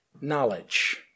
knowledge